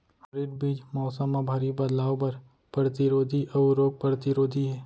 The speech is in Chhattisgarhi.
हाइब्रिड बीज मौसम मा भारी बदलाव बर परतिरोधी अऊ रोग परतिरोधी हे